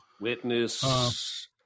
Witness